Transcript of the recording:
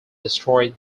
destroyed